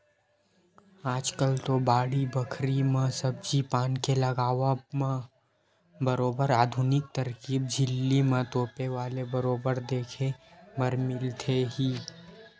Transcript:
आजकल तो बाड़ी बखरी म सब्जी पान के लगावब म बरोबर आधुनिक तरकीब झिल्ली म तोपे वाले बरोबर देखे बर मिलथे ही